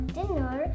dinner